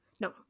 no